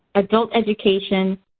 adult education,